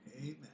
Amen